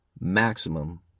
maximum